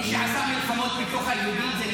מי שעשה מלחמות בתוך היהודים זה נתניהו.